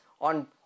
on